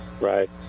Right